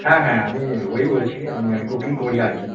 হ্যাঁ হ্যাঁ আমি ওই বলছি মানে আমি কুকিং করি আর কি